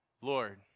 Lord